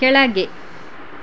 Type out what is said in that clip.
ಕೆಳಗೆ